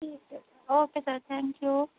ਠੀਕ ਹੈ okay sir thank you